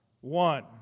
One